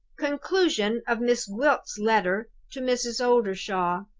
conclusion of miss gwilt's letter to mrs. oldershaw.